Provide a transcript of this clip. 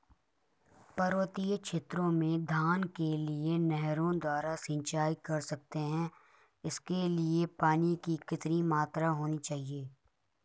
पर्वतीय क्षेत्रों में धान के लिए नहरों द्वारा सिंचाई कर सकते हैं इसके लिए पानी की कितनी मात्रा होनी चाहिए?